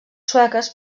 sueques